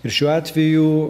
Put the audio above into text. ir šiuo atveju